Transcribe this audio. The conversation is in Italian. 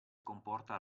comporta